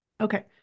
Okay